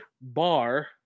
Bar